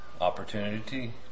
opportunity